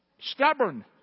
Stubborn